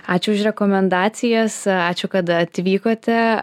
ačiū už rekomendacijas ačiū kad atvykote